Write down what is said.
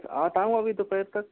बस आता हूँ अभी दोपहर तक